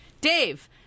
Dave